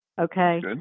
Okay